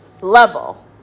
level